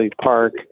park